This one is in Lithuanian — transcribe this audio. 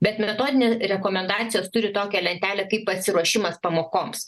bet metodinė rekomendacijos turi tokią lentelę kaip pasiruošimas pamokoms